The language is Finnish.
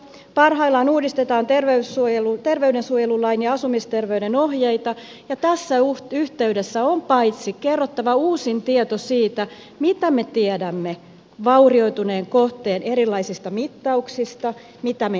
parhaillaan uudistetaan terveydensuojelulain ja asumisterveyden ohjeita ja tässä yhteydessä on kerrottava paitsi uusin tieto siitä mitä me tiedämme vaurioituneen kohteen erilaisista mittauksista myös se mitä me emme tiedä